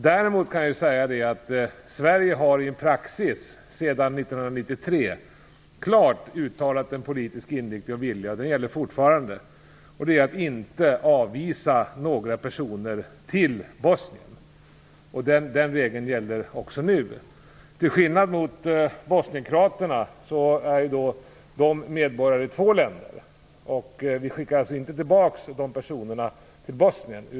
Däremot har Sverige sedan 1993 i praxis klart uttalat en politisk inriktning och vilja, och den gäller fortfarande, nämligen att inte avvisa några personer till Bosnien. Denna regel gäller också nu. Bosnienkroaterna är ju medborgare i två länder. Vi skickar alltså inte tillbaka dessa personer till Bosnien.